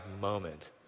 moment